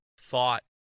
thought